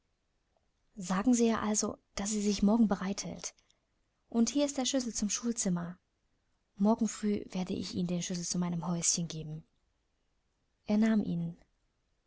sagen sie ihr also daß sie sich morgen bereit hält und hier ist der schlüssel zum schulzimmer morgen früh werde ich ihnen den schlüssel zu meinem häuschen geben er nahm ihn